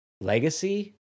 legacy